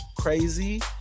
crazy